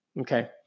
Okay